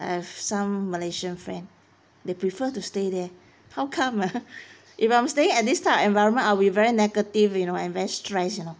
I've some malaysian friend they prefer to stay there how come ah if I'm staying at this type of environment I'll be very negative you know and very stress you know